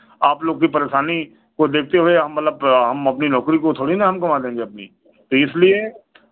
आप लोग की परेशानी को दखते हुए हम मतलब हम अपनी नौकरी को थोड़ी ना हम गँवा देंगे अपनी तो इसलिए